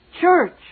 church